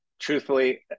Truthfully